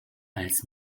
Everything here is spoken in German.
als